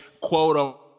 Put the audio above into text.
quote